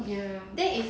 ya